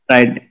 Right